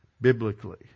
biblically